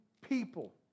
people